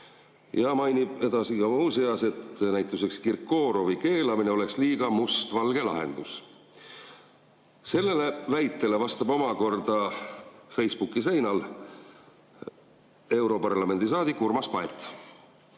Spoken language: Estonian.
Ja mainib muuseas, et näiteks Kirkorovi keelamine oleks liiga mustvalge lahendus. Sellele väitele vastab omakorda Facebooki seinal europarlamendi saadik Urmas Paet: